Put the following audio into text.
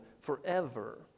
forever